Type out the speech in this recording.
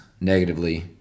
negatively